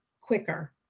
quicker